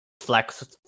flex